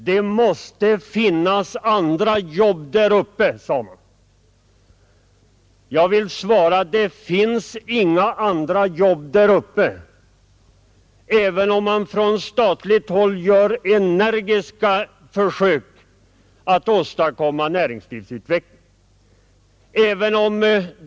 Det måste finnas andra jobb där uppe, sade man. Jag vill svara: Det finns inga andra jobb där uppe, även om man från statligt håll och från regeringen gör energiska försök att åstadkomma näringslivsutveckling.